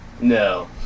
No